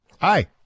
Hi